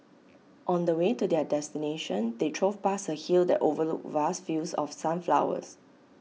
on the way to their destination they drove past A hill that overlooked vast fields of sunflowers